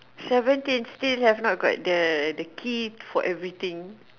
seventeen still not got the key for everything